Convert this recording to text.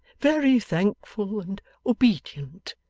very thankful, and obedient,